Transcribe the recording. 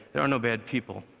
there are no bad people,